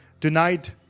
Tonight